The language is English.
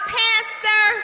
pastor